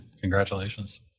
Congratulations